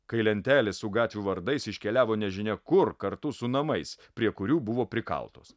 kai lentelės su gatvių vardais iškeliavo nežinia kur kartu su namais prie kurių buvo prikaltos